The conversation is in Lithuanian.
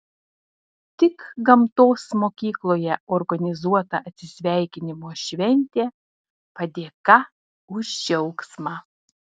tik gamtos mokykloje organizuota atsisveikinimo šventė padėka už džiaugsmą